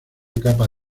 capa